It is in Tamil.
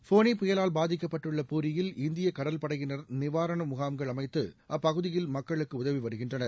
ஃபோனி புயலால் பாதிக்கப்பட்டுள்ள பூரியில் இந்திய கடல்படையினர் நிவாரண முகாம்கள் அமைத்து அப்பகுதியிலுள்ள மக்களுக்கு உதவி வருகின்றனர்